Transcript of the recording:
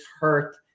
hurt